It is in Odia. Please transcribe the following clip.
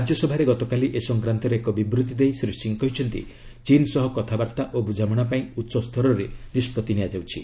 ରାଜ୍ୟସଭାରେ ଗତକାଲି ଏ ସଂକ୍ରାନ୍ତରେ ଏକ ବିବୃତି ଦେଇ ଶ୍ରୀ ସିଂ କହିଛନ୍ତି ଚୀନ ସହ କଥାବାର୍ତ୍ତା ଓ ବୁଝାମଣା ପାଇଁ ଉଚ୍ଚସ୍ତରରେ ନିଷ୍ପତ୍ତି ନିଆଯାଉଛି